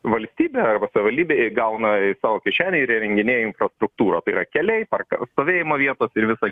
valstybė arba savivaldybė gauna į savo kišenę ir įrenginėja infrastruktūrą tai yra keliai park stovėjimo vietos ir visa